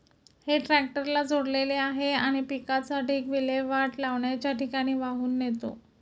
हे ट्रॅक्टरला जोडलेले आहे आणि पिकाचा ढीग विल्हेवाट लावण्याच्या ठिकाणी वाहून नेतो